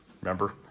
Remember